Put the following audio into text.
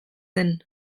zen